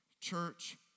Church